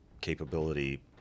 capability